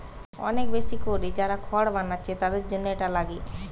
অনেক বেশি কোরে যারা খড় বানাচ্ছে তাদের জন্যে এটা লাগে